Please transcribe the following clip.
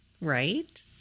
right